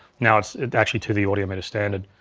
now it's actually to the audio meter standard.